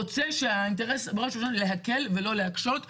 שנתקלים בחומות של ברזל ולא מצליחים לשנות את זה.